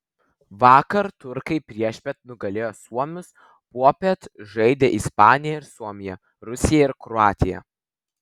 vakar turkai priešpiet nugalėjo suomius popiet žaidė ispanija ir suomija rusija ir kroatija